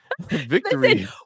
victory